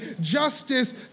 justice